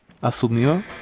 asumió